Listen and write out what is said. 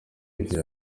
ibihe